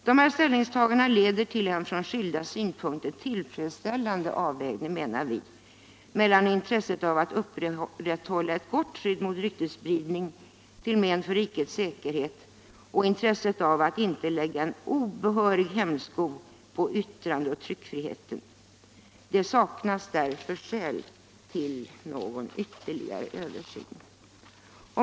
Dessa ställningstaganden menar vi leder till en från skilda synpunkter tillfredsställande avvägning mellan intresset av att upprätthålla ett gott skydd mot ryktesspridning till men för rikets säkerhet och intresset av att inte lägga en obehörig hämsko på yttrandeoch tryckfriheten. Det saknas därför skäl till någon ytterligare översyn.